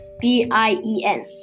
B-I-E-N